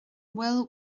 bhfuil